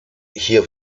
hier